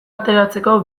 ateratzeko